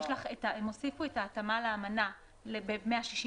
הם הוסיפו את ההתאמה לאמנה ב-168א.